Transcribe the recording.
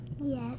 yes